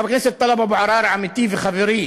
חבר הכנסת טלב אבו עראר, עמיתי וחברי,